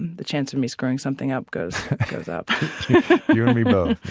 the chance of me screwing something up goes goes up you and